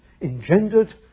engendered